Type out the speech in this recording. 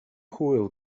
hwyl